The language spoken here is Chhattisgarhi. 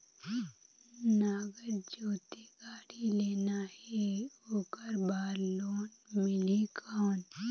नागर जोते गाड़ी लेना हे ओकर बार लोन मिलही कौन?